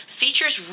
features